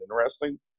interesting